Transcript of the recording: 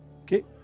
Okay